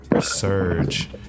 surge